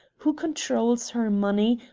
who controls her money,